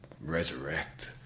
resurrect